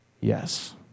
Yes